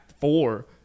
Four